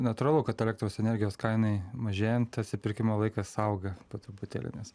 natūralu kad elektros energijos kainai mažėjant atsipirkimo laikas auga po truputėlį nes